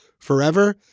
forever